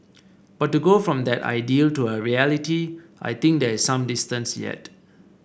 but to go from that ideal to a reality I think there is some distance yet